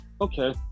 Okay